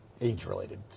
age-related